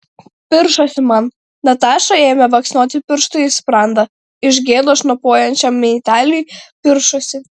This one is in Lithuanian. piršosi man nataša ėmė baksnoti pirštu į sprandą iš gėdos šnopuojančiam meitėliui piršosi